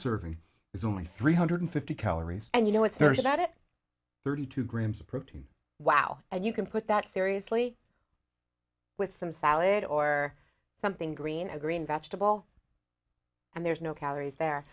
serving is only three hundred fifty calories and you know it's there is about it thirty two grams of protein wow and you can put that seriously with some salad or something green a green vegetable and there's no calories there